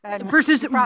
Versus